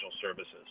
services